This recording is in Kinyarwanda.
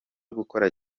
gukora